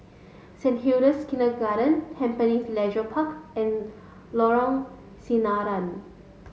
Saint Hilda's Kindergarten Tampines Leisure Park and Lorong Sinaran